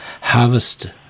harvest